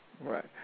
Right